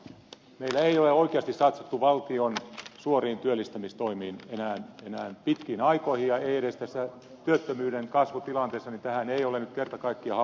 meillä ei ole oikeasti satsattu valtion suoriin työllistämistoimiin enää pitkiin aikoihin eikä edes tässä työttömyyden kasvutilanteessa tähän nyt ole kerta kaikkiaan havahduttu